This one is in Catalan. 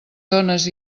dones